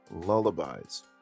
lullabies